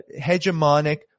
hegemonic